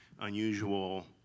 unusual